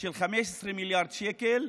של 15 מיליארד שקל,